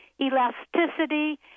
elasticity